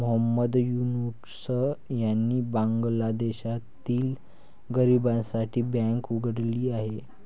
मोहम्मद युनूस यांनी बांगलादेशातील गरिबांसाठी बँक उघडली आहे